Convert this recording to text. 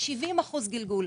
70% גלגול.